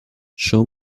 show